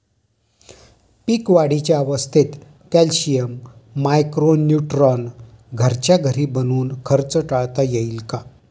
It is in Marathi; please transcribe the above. पीक वाढीच्या अवस्थेत कॅल्शियम, मायक्रो न्यूट्रॉन घरच्या घरी बनवून खर्च टाळता येईल का?